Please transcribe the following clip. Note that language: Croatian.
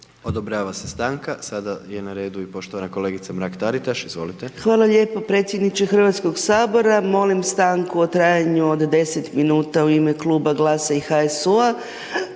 Odobrava se stanka. Sada je na redu i poštovana kolegica Mrak Taritaš, izvolite. **Mrak-Taritaš, Anka (GLAS)** Hvala lijepo predsjedniče Hrvatskog sabora, molim stanku u trajanju od 10 minuta u ime Kluba GLSA-a i HSU-a,